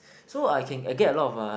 so I can I get a lot of uh